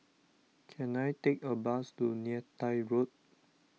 can I take a bus to Neythai Road